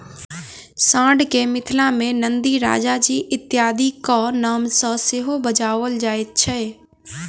साँढ़ के मिथिला मे नंदी, राजाजी इत्यादिक नाम सॅ सेहो बजाओल जाइत छै